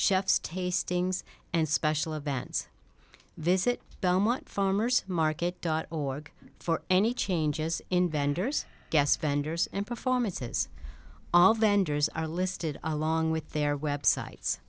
chef's tastings and special events visit belmont farmer's market dot org for any changes in vendors guests vendors and performances all vendors are listed along with their websites